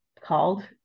called